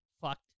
fucked